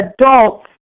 adults